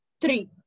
three